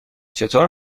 چطور